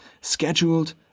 scheduled